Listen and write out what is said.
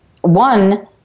One